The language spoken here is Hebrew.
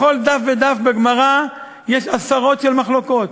בכל דף ודף בגמרא יש עשרות מחלוקות,